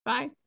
Bye